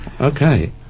Okay